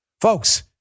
Folks